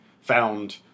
found